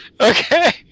Okay